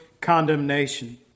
condemnation